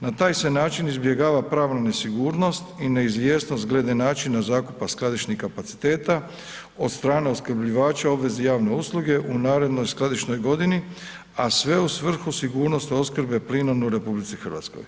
Na taj se način izbjegava pravna nesigurnost i neizvjesnost glede načina zakupa skladišnih kapaciteta od strane opskrbljivača obveze javne usluge u narednoj skladišnoj godini, a sve u svrhu sigurnosti opskrbe plinom u RH.